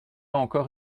encore